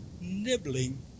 nibbling